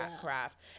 craft